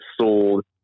sold